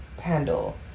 handle